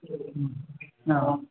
ओ हो